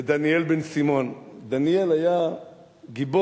ודניאל בן-סימון, דניאל היה גיבור,